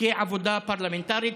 כעבודה פרלמנטרית.